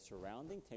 surrounding